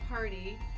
party